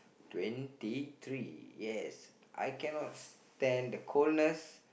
twenty three yes I cannot stand the coldness